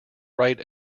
right